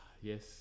Yes